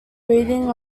breathing